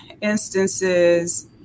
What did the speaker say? instances